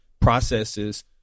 processes